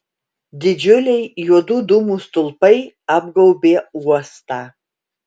didžiuliai juodų dūmų stulpai apgaubė uostą